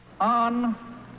On